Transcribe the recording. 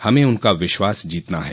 हमें उनका विश्वास जीतना है